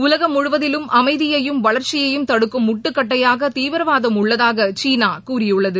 உலகம் முழுவதிலும் அமைதியையும் வளர்ச்சியையும் தடுக்கும் முட்டுக்கட்டையாக தீவிரவாதம் உள்ளதாக சீனா கூறியுள்ளது